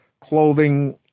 clothing